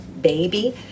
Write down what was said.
baby